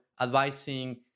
advising